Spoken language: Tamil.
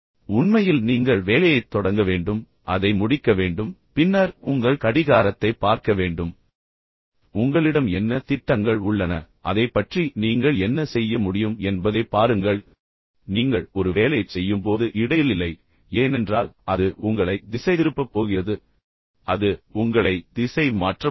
உண்மையில் நீங்கள் வேலையைத் தொடங்க வேண்டும் அதை முடிக்க வேண்டும் பின்னர் உங்கள் கடிகாரத்தைப் பார்க்க வேண்டும் பின்னர் உங்களிடம் என்ன திட்டங்கள் உள்ளன பின்னர் அதைப் பற்றி நீங்கள் என்ன செய்ய முடியும் என்பதைப் பாருங்கள் நீங்கள் ஒரு வேலையைச் செய்யும்போது இடையில் இல்லை ஏனென்றால் அது உங்களை திசைதிருப்பப் போகிறது அது உங்களை திசை மாற்றப் போகிறது